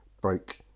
break